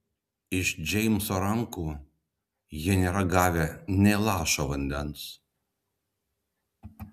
iš džeimso rankų jie nėra gavę nė lašo vandens